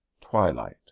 twilight